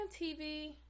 TV